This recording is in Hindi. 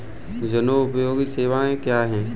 जनोपयोगी सेवाएँ क्या हैं?